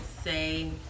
say